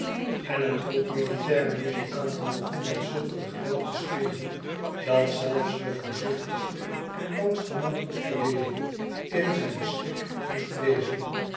en een troep militaire muzikanten begon met zulk een geweld te spelen dat zelfs de voorzichtigste en bangste man op de wereld in zijn schik moest wezen